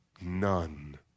None